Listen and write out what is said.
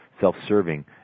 self-serving